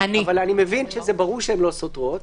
אבל אני מבין שזה ברור שהן לא סותרות.